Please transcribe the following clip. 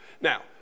Now